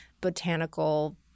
botanical